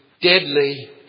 deadly